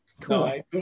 cool